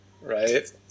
Right